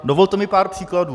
Dovolte mi pár příkladů.